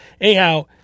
Anyhow